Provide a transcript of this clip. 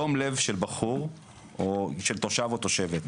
דום לב של בחור או של תושב או תושבת,